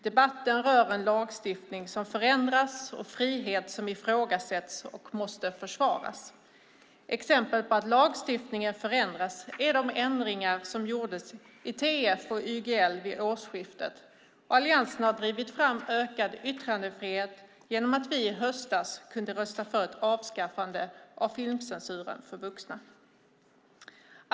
Debatten rör en lagstiftning som förändras och frihet som ifrågasätts och måste försvaras. Exempel på att lagstiftningen förändras är de ändringar som gjordes i TF och YGL vid årsskiftet. Och Alliansen har drivit fram ökad yttrandefrihet genom att vi i höstas kunde rösta för ett avskaffande av filmcensuren för vuxna.